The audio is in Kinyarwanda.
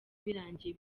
birangiye